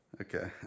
Okay